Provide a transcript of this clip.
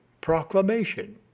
proclamation